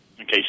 Okay